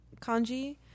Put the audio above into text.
kanji